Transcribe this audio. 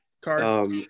card